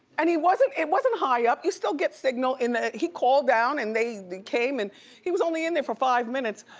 and he wasn't, it wasn't high up. you still get signal in the, he called down and they came and he was only in there for five minutes.